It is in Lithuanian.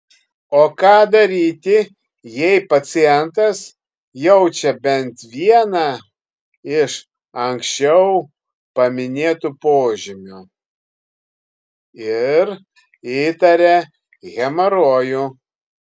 o ką daryti jei pacientas jaučia bent vieną iš anksčiau paminėtų požymių ir įtaria hemorojų